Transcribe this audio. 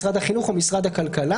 משרד החינוך או משרד הכלכלה.